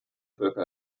völker